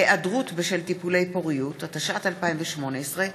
(היעדרות בשל טיפולי פוריות), התשע"ט 2018,